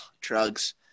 Drugs